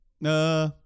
Nah